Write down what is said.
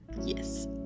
yes